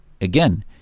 again